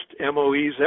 MOEs